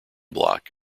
block